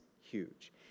huge